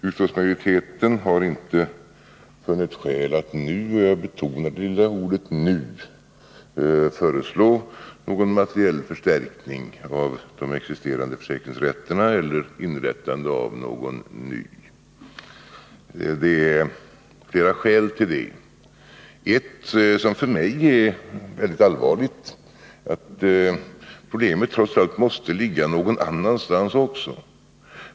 Utskottsmajoriteten har inte funnit skäl att nu— jag betonar det lilla ordet nu — föreslå någon materiell förstärkning av de existerande försäkringsrätterna eller att någon ny inrättas. Det finns flera skäl för det. Ett, som för mig är väldigt allvarligt, är att problemet trots allt måste ligga någon annanstans också.